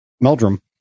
meldrum